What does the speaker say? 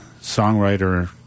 songwriter